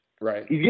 Right